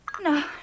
No